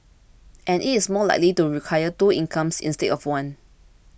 and it is more likely to require two incomes instead of one